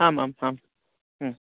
आम् आम् आम्